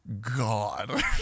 God